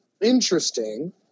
Interesting